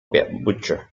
butcher